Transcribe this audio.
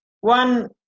one